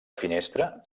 finestra